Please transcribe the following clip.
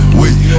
wait